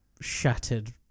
shattered